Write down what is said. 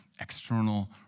external